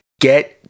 Get